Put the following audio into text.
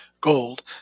gold